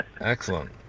Excellent